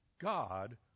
God